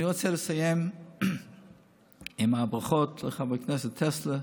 אני רוצה לסיים בברכות לחבר הכנסת טסלר: